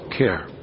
care